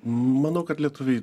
manau kad lietuviai